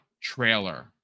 trailer